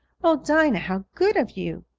oh, dinah, how good of you!